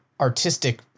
artistic